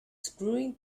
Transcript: screwing